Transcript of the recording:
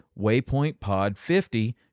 waypointpod50